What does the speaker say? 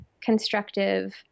constructive